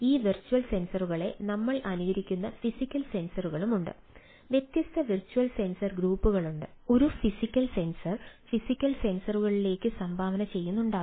ഈ വെർച്വൽ സെൻസറുകളെ നമ്മൾ അനുകരിക്കുന്ന ഫിസിക്കൽ സെൻസറുകളുണ്ട് വ്യത്യസ്ത വെർച്വൽ സെൻസർ ഗ്രൂപ്പുകളുണ്ട് ഒരു ഫിസിക്കൽ സെൻസർ ഫിസിക്കൽ സെൻസറുകളിലേക്ക് സംഭാവന ചെയ്യുന്നുണ്ടാകാം